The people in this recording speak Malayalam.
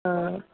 ആ